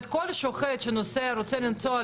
גם היום שמעתי תלונות רבות על מה שקורה אצל דבאח.